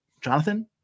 Jonathan